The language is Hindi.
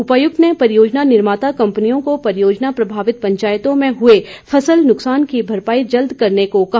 उपायुक्त ने परियोजना निर्माता कंपनियों को परियोजना प्रभावित पंचायतों में हुए फसल नुकसान की भरपाई जल्द करने को कहा